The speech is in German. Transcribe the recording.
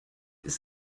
ist